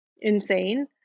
insane